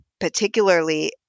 particularly